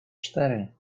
cztery